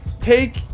take